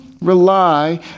rely